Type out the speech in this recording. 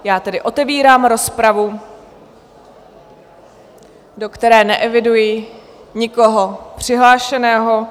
Já tedy otevírám rozpravu, do které neeviduji nikoho přihlášeného.